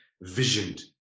visioned